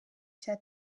cya